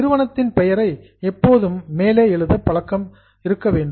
நிறுவனத்தின் பெயரை எப்போதும் மேலே எழுதும் பழக்கம் இருக்க வேண்டும்